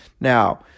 Now